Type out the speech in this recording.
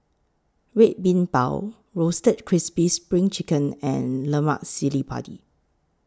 Red Bean Bao Roasted Crispy SPRING Chicken and Lemak Cili Padi